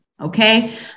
Okay